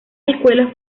escuelas